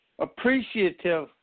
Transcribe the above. appreciative